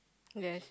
yes